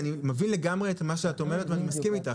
אני מבין לגמרי את מה שאת אומרת ואני מסכים איתך.